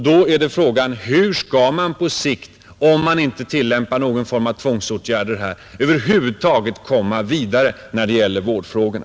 Då är frågan: Hur skall man på sikt, om man inte tillämpar någon form av tvångsåtgärder, över huvud taget komma vidare när det gäller vårdfrågorna?